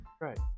Right